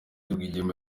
rwigema